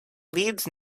leeds